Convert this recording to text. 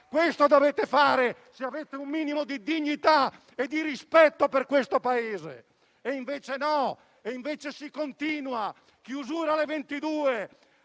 Questo dovete fare, se avete un minimo di dignità e di rispetto per questo Paese. E invece no, invece si continua: chiusura alle